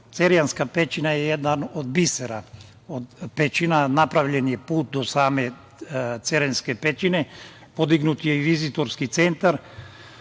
Evrope. Cerjanska pećina je jedan od bisera pećina. Napravljen je put do same Cerjanske pećine, podignut je i Vizitorski centar,